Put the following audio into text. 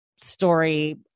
story